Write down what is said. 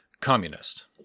Communist